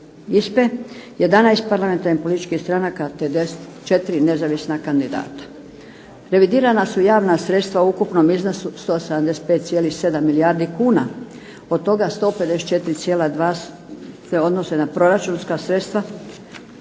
11 parlamentarnih političkih stranaka te 4 nezavisna kandidata. Revidirana su javna sredstva u ukupnom iznosu od 175,7 milijardi kuna. Od toga 154,2 se odnose na proračunska sredstva